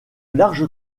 large